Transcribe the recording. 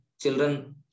children